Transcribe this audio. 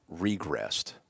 regressed